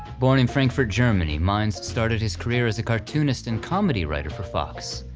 born in frankfurt germany meins started his career as a cartoonist and comedy writer for fox.